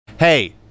Hey